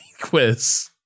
quiz